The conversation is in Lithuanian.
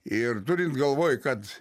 ir turint galvoj kad